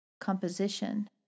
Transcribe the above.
composition